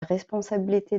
responsabilité